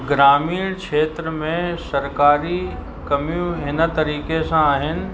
ग्रामीण क्षेत्र में सरकारी कमियूं इन तरीक़े सां आहिनि